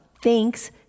thanks